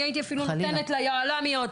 אני הייתי נותנת ליוהל"מיות,